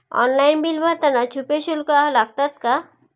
Online bill भरताना छुपे शुल्क लागतात का?